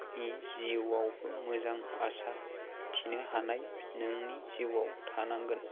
जिउआवबो आसा थिनो हानाय नोंनि जिउआव थानांगोन